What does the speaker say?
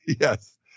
Yes